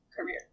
career